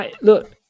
look